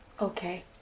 Okay